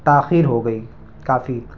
تاخیر ہو گئی کافی